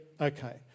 okay